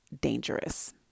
dangerous